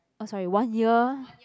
oh sorry one year